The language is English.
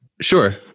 sure